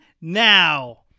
Now